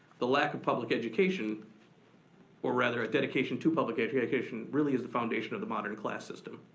the lack of public education or rather a dedication to public education really is the foundation of the modern class system.